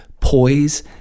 poise